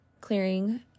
clearing